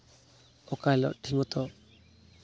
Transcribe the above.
ᱚᱠᱟ ᱦᱤᱞᱳᱜ ᱴᱷᱤᱠ ᱢᱚᱛᱳ